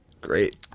great